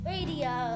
Radio